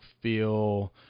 feel